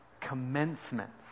Commencements